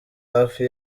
hafi